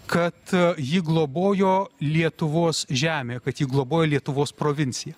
kad jį globojo lietuvos žemė kad ji globojo lietuvos provincija